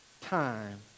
Time